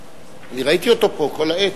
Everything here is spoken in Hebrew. אני ראיתי אותו פה כל העת,